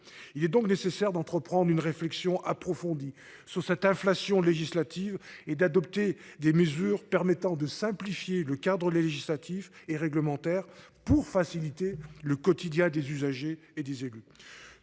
Il est donc nécessaire d'entreprendre une réflexion approfondie sur cette inflation législative et d'adopter des mesures permettant de simplifier le cadre législatif et réglementaire pour faciliter le quotidien des usagers et des élus